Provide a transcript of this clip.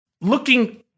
looking